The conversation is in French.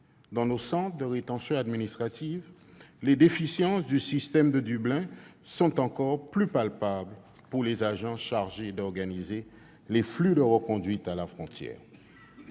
Dans nos centres de rétention administrative, les déficiences du système de Dublin sont encore plus palpables pour les agents chargés d'organiser les flux des reconduites à la frontière.